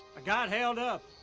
i got held up.